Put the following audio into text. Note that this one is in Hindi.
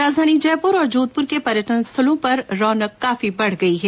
राजधानी जयपुर और जोधपुर के पर्यटन स्थलों पर रौनक बढ़ गई है